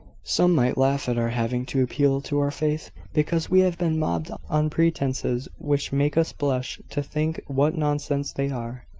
some might laugh at our having to appeal to our faith because we have been mobbed on pretences which make us blush to think what nonsense they are,